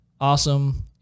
Awesome